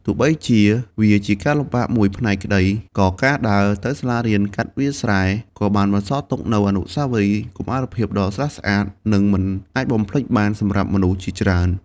ទោះបីជាវាជាការលំបាកមួយផ្នែកក្តី ក៏ការដើរទៅសាលារៀនកាត់វាលស្រែក៏បានបន្សល់ទុកនូវអនុស្សាវរីយ៍កុមារភាពដ៏ស្រស់ស្អាត និងមិនអាចបំភ្លេចបានសម្រាប់មនុស្សជាច្រើន។